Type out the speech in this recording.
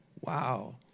Wow